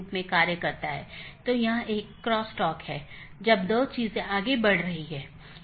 एक और बात यह है कि यह एक टाइपो है मतलब यहाँ यह अधिसूचना होनी चाहिए